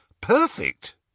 perfect